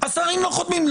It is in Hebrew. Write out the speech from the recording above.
השרים לא חותמים,